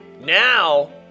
now